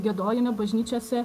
giedojime bažnyčiose